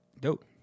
Dope